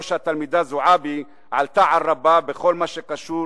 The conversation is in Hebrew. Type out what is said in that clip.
שהתלמידה זועבי עלתה על רבה בכל מה שקשור